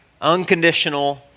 unconditional